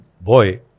boy